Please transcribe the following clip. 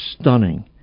stunning